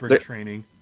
training